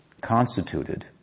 constituted